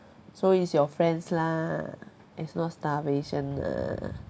so it's your friends lah it's not starvation lah